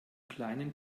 kleinen